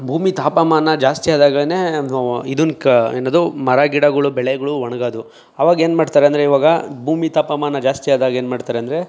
ಭೂಮಿ ತಾಪಮಾನ ಜಾಸ್ತಿಯಾದಾಗಲೇ ಇದನ್ನ ಕ ಏನದು ಮರಗಿಡಗಳು ಬೆಳೆಗಳು ಒಣ್ಗೋದು ಆವಾಗ ಏನು ಮಾಡ್ತಾರೆ ಅಂದರೆ ಇವಾಗ ಭೂಮಿ ತಾಪಮಾನ ಜಾಸ್ತಿಯಾದಾಗೇನು ಮಾಡ್ತಾರೆಂದ್ರೆ